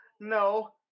No